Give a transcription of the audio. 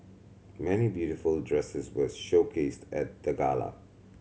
many beautiful dresses were showcased at the gala